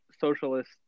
socialist